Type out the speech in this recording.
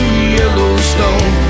Yellowstone